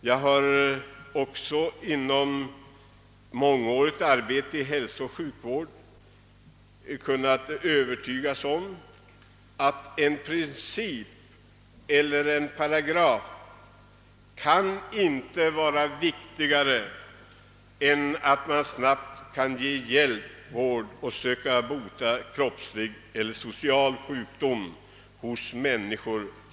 Jag har också genom mångårigt arbete inom hälsooch sjukvård kunnat övertyga mig om att en princip eller en paragraf inte kan vara viktigare än att snabbt kunna ge hjälp, vård och bot för kroppslig eller social sjukdom hos människor.